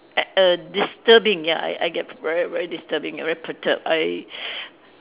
eh err disturbing ya I I get very very disturbing very perturbed